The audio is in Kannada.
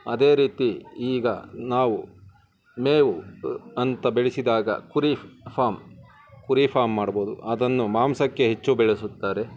ಅದೇ ರೀತಿ ಈಗ ನಾವು ಮೇವು ಅಂತ ಬೆಳೆಸಿದಾಗ ಕುರಿ ಫಾರ್ಮ್ ಕುರಿ ಫಾರ್ಮ್ ಮಾಡ್ಬೋದು ಅದನ್ನು ಮಾಂಸಕ್ಕೆ ಹೆಚ್ಚು ಬೆಳೆಸುತ್ತಾರೆ